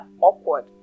awkward